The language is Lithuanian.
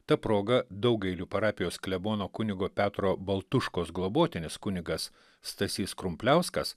ta proga daugailių parapijos klebono kunigo petro baltuškos globotinis kunigas stasys krumpliauskas